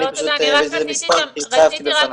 אני פשוט הבאתי את המספר כי התחייבתי בפנייך.